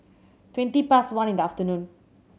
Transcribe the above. twenty past one in the afternoon